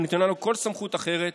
ונותן לו כל סמכות אחרת